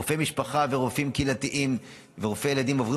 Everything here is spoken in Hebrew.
רופאי משפחה ורופאים קהילתיים ורופאי ילדים עוברים